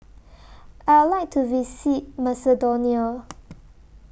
I Would like to visit Macedonia